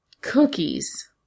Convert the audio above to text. cookies